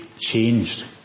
changed